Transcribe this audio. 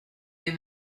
les